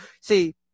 see